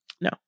No